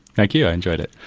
thank you, i enjoyed it.